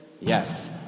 Yes